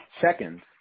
Second